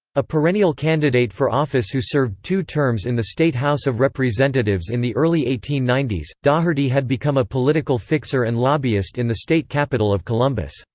a perennial candidate for office who served two terms in the state house of representatives in the early eighteen ninety s, daugherty had become a political fixer and lobbyist in the state capital of columbus.